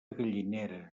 gallinera